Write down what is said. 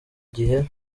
gihe